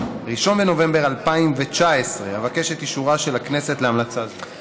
1 בנובמבר 2019. אבקש את אישורה של הכנסת להמלצה זו.